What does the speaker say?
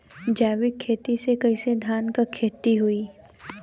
जैविक खेती से कईसे धान क खेती होई?